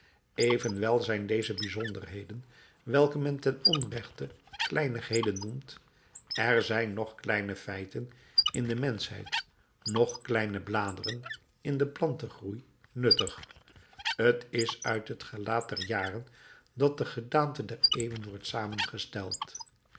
evenwel zijn deze bijzonderheden welke men ten onrechte kleinigheden noemt er zijn noch kleine feiten in de menschheid noch kleine bladeren in den plantengroei nuttig t is uit het gelaat der jaren dat de gedaante der eeuwen wordt samengesteld